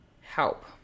help